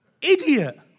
Idiot